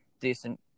decent